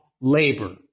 labor